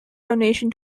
donation